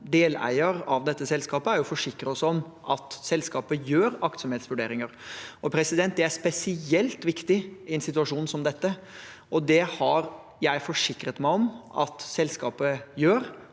deleier av dette selskapet, er å forsikre oss om at selskapet gjør aktsomhetsvurderinger. Det er spesielt viktig i en situasjon som dette, og det har jeg forsikret meg om at selskapet gjør,